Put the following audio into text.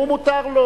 הוא, מותר לו.